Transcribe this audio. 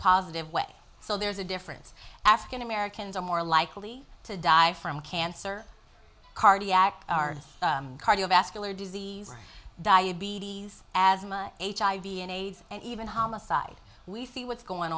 positive way so there's a difference african americans are more likely to die from cancer cardiac cardiovascular disease diabetes asthma hiv aids and even homicide we see what's going